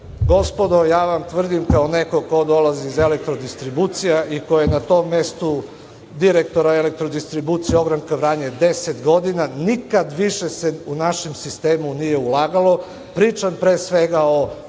ja vam tvrdim kao neko ko dolazi iz Elektrodistribucija i ko je na tom mestu direktora Elektrodistribucija ogranka Vranje 10 godina, nikad više se u našem sistemu nije ulagalo. Pričam, pre svega, o distributivnom